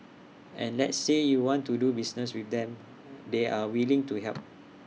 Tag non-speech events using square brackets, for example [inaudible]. and let's say you want to do business with them [noise] they're willing to help